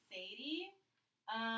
Sadie